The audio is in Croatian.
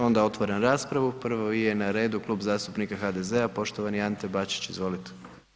Onda otvaram raspravu, prvi je na redu Klub zastupnika HDZ-a, poštovani Ante Bačić, izvolite.